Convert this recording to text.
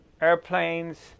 airplanes